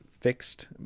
fixed